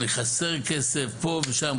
חסר כסף פה ושם,